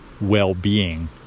well-being